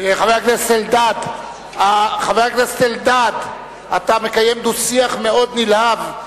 חבר הכנסת אלדד, אתה מקיים דו-שיח מאוד נלהב.